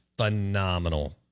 phenomenal